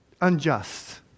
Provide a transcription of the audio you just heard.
unjust